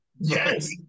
Yes